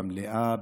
במליאה,